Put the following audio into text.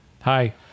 Hi